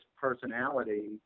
personality